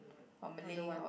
or Malay or